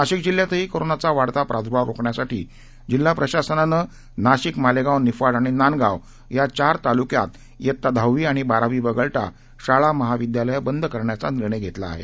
नाशिक जिल्ह्यातही कोरोनाचा वाढता प्रादूर्भाव रोखण्यासाठी जिल्हा प्रशासनानं नाशिक मालेगाव निफाड आणि नांदगाव या चार तालुक्यात इयत्ता दहावी आणि बारावी वगळता शाळा महाविद्यालय बंद करण्याचा निर्णय घेतला आहे